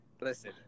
Listen